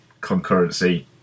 concurrency